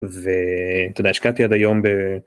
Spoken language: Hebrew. ואתה יודע השקעתי עד היום ב...